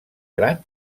gran